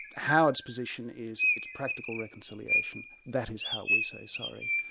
howard's position is it's practical reconciliation that is how we say sorry.